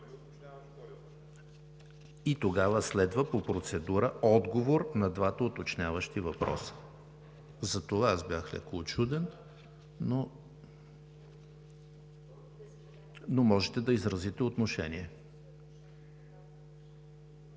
И тогава следва по процедура отговор на двата уточняващи въпроса. Затова аз бях леко учуден, но можете да изразите отношение.